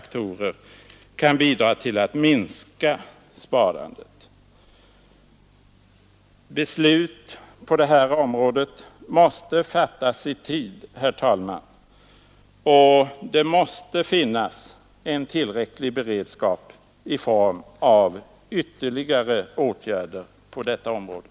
klig, i synnerhet inte för att kunna vända sparkvoten Beslut på det här området måste fattas i tid, herr talman, och det måste finnas en tillräcklig beredskap i form av ytterligare åtgärder på detta område.